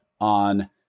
on